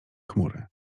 chmury